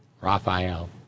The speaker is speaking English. Raphael